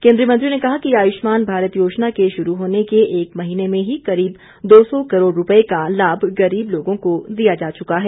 केंद्रीय मंत्री ने कहा कि आयुष्मान भारत योजना के शुरू होने के एक महीने में ही करीब दो सौ करोड़ रुपये का लाभ गरीब लोगों को दिया जा चुका है